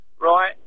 Right